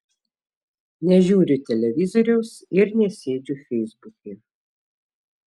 nežiūriu televizoriaus ir nesėdžiu feisbuke